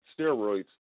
steroids